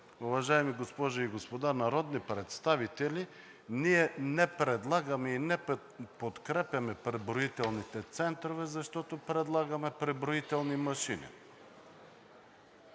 уважаеми госпожи и господа народни представители, ние не предлагаме и не подкрепяме преброителните центрове, защото предлагаме преброителни машини.